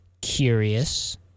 curious